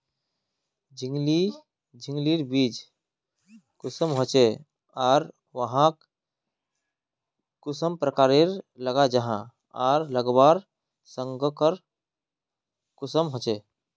झिंगली झिंग लिर बीज कुंसम होचे आर वाहक कुंसम प्रकारेर लगा जाहा आर लगवार संगकर कुंसम होचे?